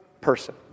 person